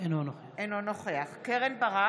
אינו נוכח קרן ברק,